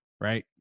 right